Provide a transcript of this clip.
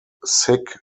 sikh